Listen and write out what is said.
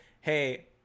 hey